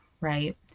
right